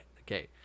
Okay